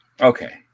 Okay